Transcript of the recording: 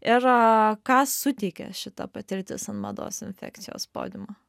ir ką suteikė šita patirtis ant mados infekcijos podiumo